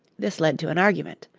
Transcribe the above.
this led to an argument.